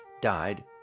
died